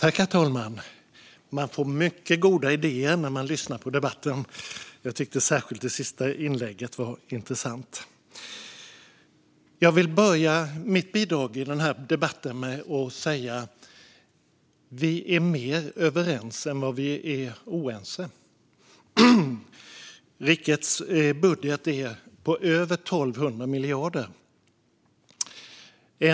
Herr talman! Man får mycket goda idéer när man lyssnar på debatten, och jag tyckte särskilt det senaste inlägget var intressant. Jag vill börja mitt bidrag i den här debatten med att säga att vi är mer överens än vi är oense. Rikets budget är över 1 200 miljarder.